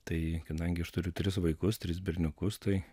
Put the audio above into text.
tai kadangi aš turiu tris vaikus tris berniukus tai